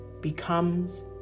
becomes